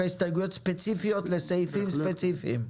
הסתייגויות ספציפיות לסעיפים ספציפיים.